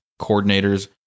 coordinators